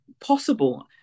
possible